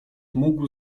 mógł